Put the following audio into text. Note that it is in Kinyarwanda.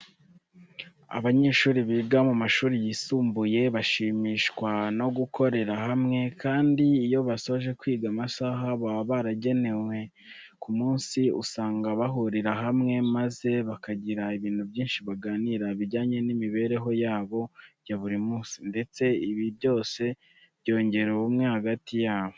Abanyeshuri biga mu mashuri yisumbuye bashimishwa no gukorera hamwe kandi iyo basoje kwiga amasaha baba baragenwe ku munsi, usanga bahurira hamwe maze bakagira ibintu byinshi baganira bijyanye n'imibereho yabo ya buri munsi ndetse ibi byose byongera ubumwe hagati yabo.